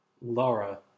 laura